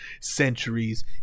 centuries